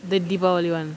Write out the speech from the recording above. the deepavali [one]